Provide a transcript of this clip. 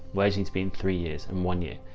where's it's been three years and one year,